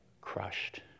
crushed